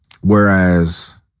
Whereas